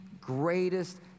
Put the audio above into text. greatest